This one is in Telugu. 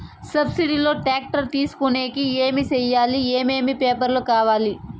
సబ్సిడి లో టాక్టర్ తీసుకొనేకి ఏమి చేయాలి? ఏమేమి పేపర్లు కావాలి?